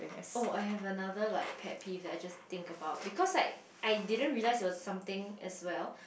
oh I have another like pet peeve that I just think about because like I didn't realise that it was something as well